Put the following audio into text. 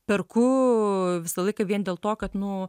perku visą laiką vien dėl to kad nu